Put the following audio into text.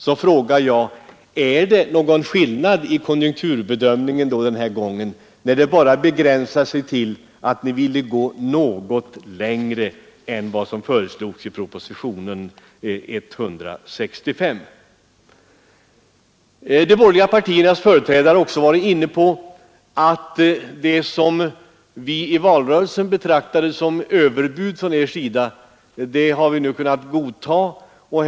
Då undrar jag: Är det någon skillnad på konjunkturbedömningen den här gången, när man bara begränsar sig till att vilja gå litet längre än som föreslås i propositionen 165? De borgerliga partiernas företrädare har också varit inne på att det som socialdemokraterna i valrörelsen betraktade som överbud från oppositionens sida, det har godtagits.